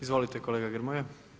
Izvolite, kolega Grmoja.